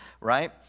right